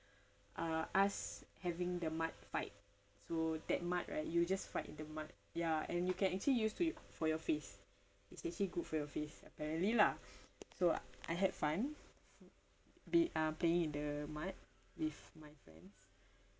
uh us having the mud fight so that mud right you just fight in the mud ya and you can actually used to you for your face it's actually good for your face apparently lah so I I had fun p~ uh playing in the mud with my friends